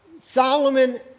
Solomon